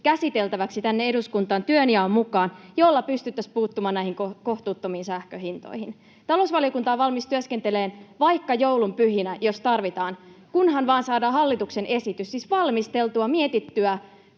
käsiteltäväksi tänne eduskuntaan työnjaon mukaan ja jolla pystyttäisiin puuttumaan näihin kohtuuttomiin sähkön hintoihin. Talousvaliokunta on valmis työskentelemään vaikka joulun pyhinä, jos tarvitaan, kunhan vain saadaan hallituksen esitys — siis valmisteltu, mietitty,